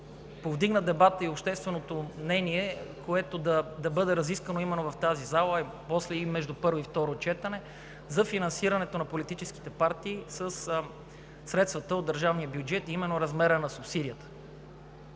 повдигна дебата и общественото мнение, в който да бъде разискван именно в тази зала, после между първо и второ четене, за финансирането на политическите партии със средствата от държавния бюджет, а именно размерът на субсидията.